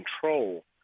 control